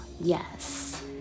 Yes